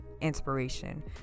inspiration